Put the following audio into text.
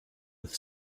with